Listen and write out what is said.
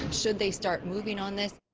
should they start moving on this.